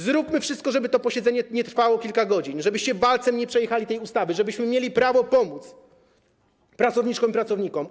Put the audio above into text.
Zróbmy wszystko, żeby to posiedzenie nie trwało kilka godzin, żebyście walcem nie przejechali tej ustawy, żebyśmy mieli prawo pomóc pracowniczkom i pracownikom.